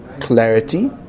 clarity